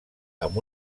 amb